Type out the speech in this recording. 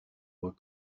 were